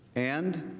and